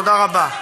תודה רבה.